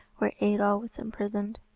where eidoel was imprisoned.